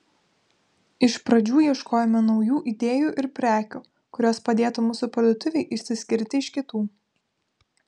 iš pradžių ieškojome naujų idėjų ir prekių kurios padėtų mūsų parduotuvei išsiskirti iš kitų